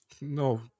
No